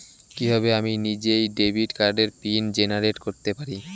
কিভাবে আমি নিজেই ডেবিট কার্ডের পিন জেনারেট করতে পারি?